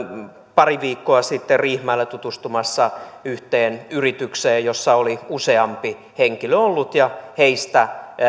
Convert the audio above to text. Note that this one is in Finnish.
pari viikkoa sitten riihimäellä tutustumassa yhteen yritykseen jossa oli useampi henkilö ollut ja heistä